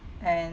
and